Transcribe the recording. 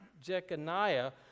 Jeconiah